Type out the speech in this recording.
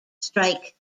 strike